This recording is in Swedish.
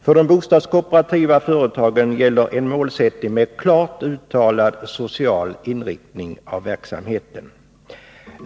För de bostadskooperativa företagen gäller en målsättning med klart uttalad social inriktning av verksamheten.